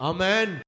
Amen